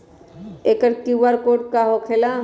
एकर QR code का होकेला?